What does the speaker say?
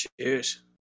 Cheers